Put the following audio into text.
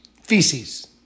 Feces